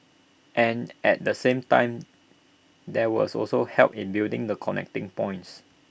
and at the same time there was also help in building the connecting points